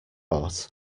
ought